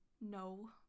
No